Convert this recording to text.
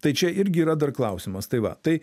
tai čia irgi yra dar klausimas tai va tai